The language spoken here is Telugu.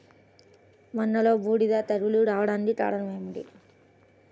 వంగలో బూడిద తెగులు రావడానికి కారణం ఏమిటి?